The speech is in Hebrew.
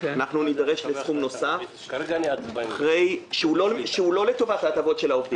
אנחנו נידרש לסכום נוסף שהוא לא לטובת ההטבות של העובדים.